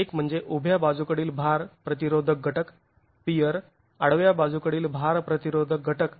एक म्हणजे उभ्या बाजूकडील भार प्रतिरोधक घटक पियर आडव्या बाजूकडील भार प्रतिरोधक घटक